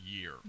year